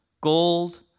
gold